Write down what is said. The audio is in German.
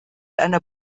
einer